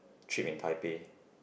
trip in Taipei